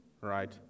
Right